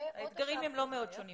האתגרים הם לא מאוד שונים,